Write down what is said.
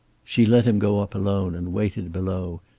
she let him go up alone and waited below,